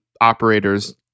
operators